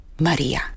Maria